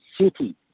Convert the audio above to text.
city